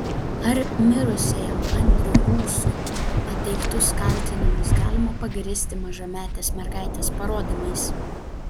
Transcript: ar mirusiajam andriui ūsui pateiktus kaltinimus galima pagrįsti mažametės mergaitės parodymais